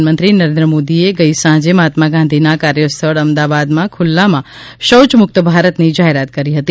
પ્રધાનમંત્રી નરેન્દ્ર મોદીએ ગઈ સાંજે મહાત્મા ગાંધીના કાર્યસ્થળ અમદાવાદમાં ખુલ્લામાં શૌયમુક્ત ભારતની જાહેરાત કરી હતી